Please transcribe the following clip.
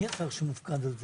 מי השר שמופקד על זה?